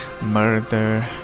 Murder